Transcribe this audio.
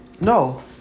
No